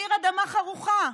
ישאיר אדמה חרוכה,